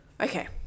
okay